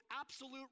absolute